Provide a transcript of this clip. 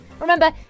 Remember